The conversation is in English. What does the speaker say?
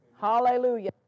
Hallelujah